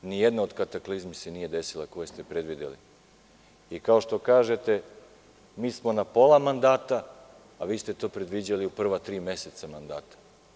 Nijedna od kataklizmi se nije desila, koju ste predvideli, i kao što kažete mi smo na pola mandata, a vi ste to predviđali prva tri meseca mandata.